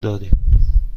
دارم